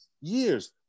years